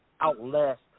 outlast